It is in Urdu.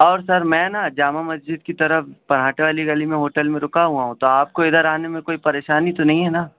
اور سر میں نا جامع مسجد کی طرف پراٹھے والی گلی میں ہوٹل میں رکا ہوا ہوں تو آپ کو ادھر آنے میں کوئی پریشانی تو نہیں ہے نا